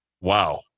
Wow